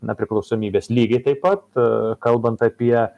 na priklausomybės lygiai taip pat a kalbant apie